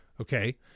Okay